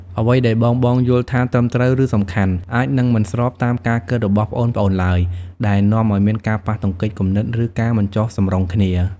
អ្វីដែលបងៗយល់ថាត្រឹមត្រូវ ឬសំខាន់ អាចនឹងមិនស្របតាមការគិតរបស់ប្អូនៗឡើយ ដែលនាំឱ្យមានការប៉ះទង្គិចគំនិត ឬការមិនចុះសម្រុងគ្នា។